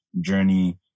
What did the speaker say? journey